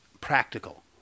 practical